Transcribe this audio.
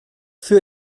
für